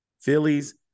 Phillies